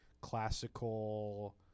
classical